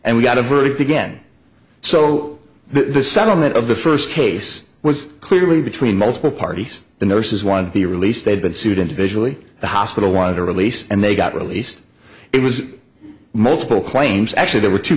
and we got a verdict again so the settlement of the first case was clearly between multiple parties the nurses won the release they'd been sued and visually the hospital wanted to release and they got released it was multiple claims actually there were two